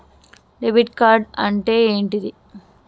Debit card అంటే ఏంటిది?